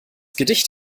gedicht